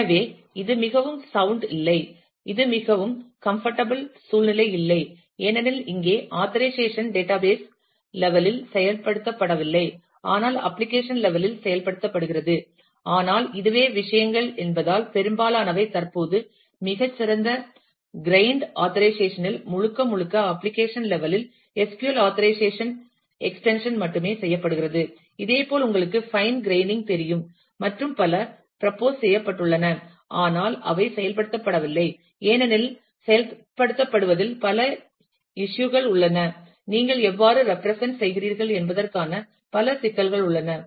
எனவே இது மிகவும் சவுண்ட் இல்லை இது மிகவும் கம்பட்டபிள் சூழ்நிலை இல்லை ஏனெனில் இங்கே ஆத்தறைசேஷன் டேட்டாபேஸ் லெவல் இல் செயல்படுத்தப்படவில்லை ஆனால் அப்ளிகேஷன் லெவல் இல் செயல்படுத்தப்படுகிறது ஆனால் இதுவே விஷயங்கள் என்பதால் பெரும்பாலானவை தற்போது மிகச்சிறந்த கிரைன்ட் ஆத்தறைசேஷன் இல் முழுக்க முழுக்க அப்ளிகேஷன் லெவல் இல் SQL ஆத்தறைசேஷன் எக்ஸ்டென்ஷன் மட்டுமே செய்யப்படுகிறது இதேபோல் உங்களுக்கு பைன் கிரைனிங் தெரியும் மற்றும் பல ப்ரொபோஸ் செய்யப்பட்டுள்ளன ஆனால் அவை செயல்படுத்தப்படவில்லை ஏனெனில் செயல்படுத்துவதில் பல இஸ்யூ கள் உள்ளன நீங்கள் எவ்வாறு ரெப்பிறசென்ட் செய்கிறீர்கள் என்பதற்கான பல சிக்கல்கள் உள்ளன